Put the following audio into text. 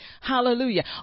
Hallelujah